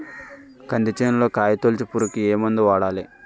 కంది చేనులో కాయతోలుచు పురుగుకి ఏ మందు వాడాలి?